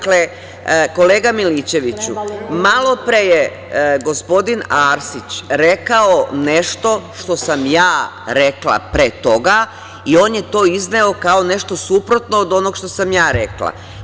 Kolega Milićeviću, malopre je gospodin Arsić rekao nešto što sam ja rekla pre toga i on je to izneo kao nešto suprotno od onoga što sam ja rekla.